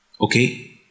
Okay